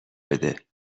بده